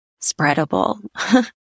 spreadable